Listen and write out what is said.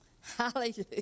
hallelujah